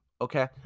okay